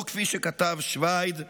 או כפי שכתב שביד,